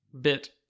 bit